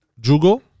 Jugo